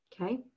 Okay